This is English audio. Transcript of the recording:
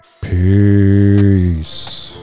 Peace